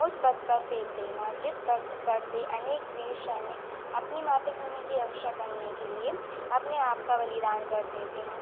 उस पथ पर फेंक देना जिस पथ पर से अनेक वीर सैनिक अपनी मातृभूमि की रक्षा करने के लिए अपने आप का बलिदान कर देते हैं